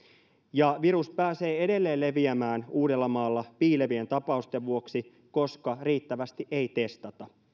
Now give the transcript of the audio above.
ja virus pääsee edelleen leviämään uudellamaalla piilevien tapausten vuoksi koska riittävästi ei testata